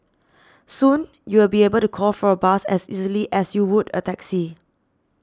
soon you will be able to call for a bus as easily as you would a taxi